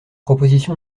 proposition